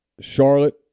Charlotte